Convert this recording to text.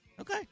Okay